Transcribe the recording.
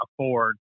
afford